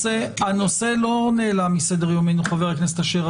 הנושא לא נעלם מסדר יומנו, חבר הכנסת אשר.